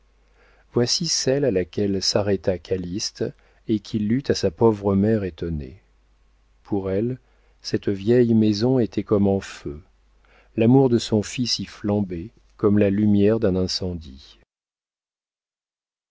voici celle à laquelle s'arrêta calyste et qu'il lut à sa pauvre mère étonnée pour elle cette vieille maison était comme en feu l'amour de son fils y flambait comme la lumière d'un incendie